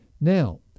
Now